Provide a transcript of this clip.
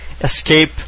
escape